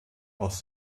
aus